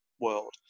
world